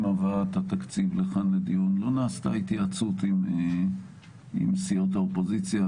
הבאת התקציב לכאן לדיון לא נעשתה התייעצות עם סיעות האופוזיציה.